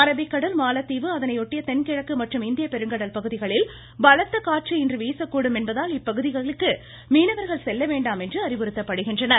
அரபிக்கடல் மாலத்தீவு அதனையொட்டிய தென்கிழக்கு மற்றும் இந்திய பெருங்கடல் பகுதிகளில் பலத்த காற்று இன்று வீசக்கூடும் என்பதால் இப்பகுதிகளுக்கு மீனவர்கள் செல்ல வேண்டாம் என்று அறிவுறுத்தப்படுகின்றனர்